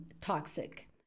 toxic